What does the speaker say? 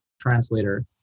translator